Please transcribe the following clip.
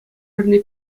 пӗри